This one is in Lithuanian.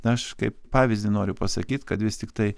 na aš kaip pavyzdį noriu pasakyt kad vis tiktai